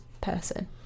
person